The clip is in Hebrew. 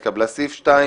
הצבעה בעד ההמלצה 5 נגד,